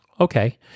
Okay